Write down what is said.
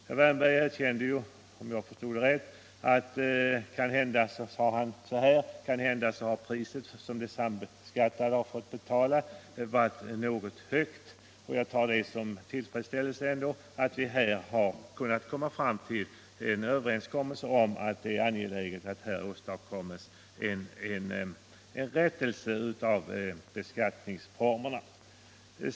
Herr Wärnberg erkände ju, om jag förstod rätt, att kanhända har priset som de sambeskattade har fått betala med nuvarande skattesystem varit något högt. Jag noterar ändå med tillfredsställelse att vi här har kunnat bli överens i princip om att det är angeläget att här åstadkommes en rättelse av beskattningsformerna.